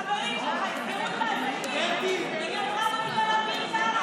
החברים שלך יסגרו את העסקים.